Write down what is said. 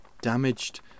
damaged